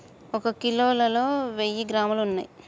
ఒక కిలోలో వెయ్యి గ్రాములు ఉన్నయ్